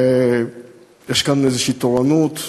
ויש כאן איזו תורנות.